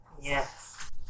Yes